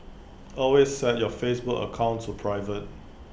always set your Facebook account to private